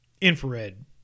infrared